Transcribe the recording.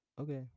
okay